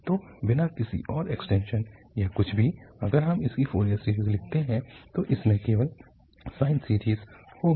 तो बिना किसी और इक्स्टेन्शन या कुछ भी अगर हम इसकी फोरियर सीरीज़ लिखते हैं तो इसमें केवल साइन सीरीज़ होगी